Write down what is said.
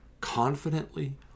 confidently